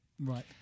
Right